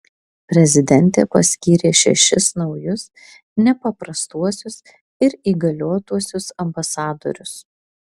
prezidentė paskyrė šešis naujus nepaprastuosius ir įgaliotuosiuos ambasadorius